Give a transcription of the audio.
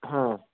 ହଁ